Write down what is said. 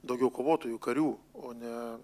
daugiau kovotojų karių o ne